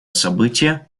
событие